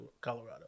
Colorado